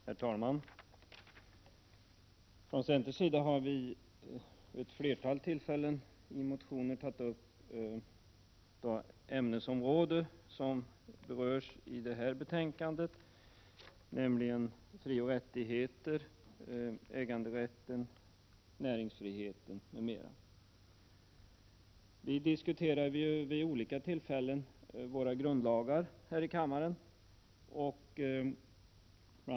Herr talman! Från centerns sida har vi vid ett flertal tillfällen i motioner tagit upp det ämnesområde som berörs i detta betänkande, nämligen frioch rättigheter — äganderätten, näringsfriheten m.m. 19 Vi har diskuterat våra grundlagar vid olika tillfällen här i kammaren. Bl.